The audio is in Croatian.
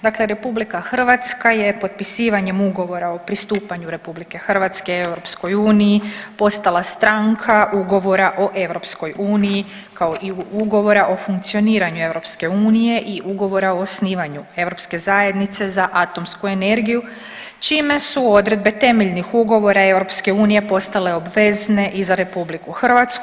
Dakle RH je potpisivanjem ugovora o pristupanje RH EU postala stranka ugovora o EU kao i ugovora o funkcioniranju EU i ugovora o osnivanju Europske zajednice za atomsku energiju čime su odredbe temeljnih ugovora EU postale obvezne i za RH.